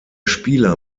spieler